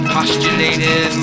Postulated